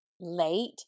late